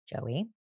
Joey